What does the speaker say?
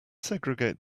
segregate